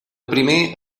primer